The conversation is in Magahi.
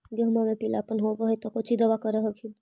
गोहुमा मे पिला अपन होबै ह तो कौची दबा कर हखिन?